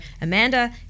Amanda